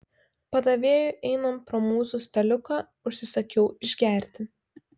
padavėjui einant pro mūsų staliuką užsisakiau išgerti